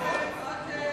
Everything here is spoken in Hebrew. רק הסתייגות,